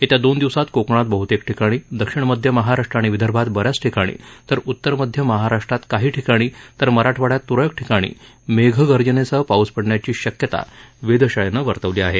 येत्या दोन दिवसात कोकणात बहुतेक ठिकाणी दक्षिण मध्य महाराष्ट्र आणि विदर्भात ब याच ठिकाणी उत्तर मध्य महाराष्ट्रात काही ठिकाणी तर मराठवाङ्यात तुरळक ठिकाणी मेघगर्जनेसह पाऊस पडण्याची शक्यता वेधशाळेनं वर्तवली आहे